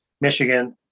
Michigan